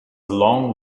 long